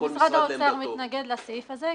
ומתנגדים לסעיף זה.